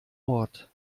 ort